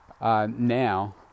Now